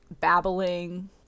babbling